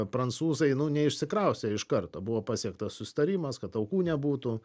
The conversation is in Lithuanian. prancūzai nu neišsikraustė iš karto buvo pasiektas susitarimas kad aukų nebūtų